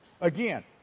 Again